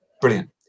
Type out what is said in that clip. Brilliant